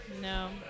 No